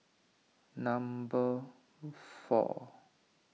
number four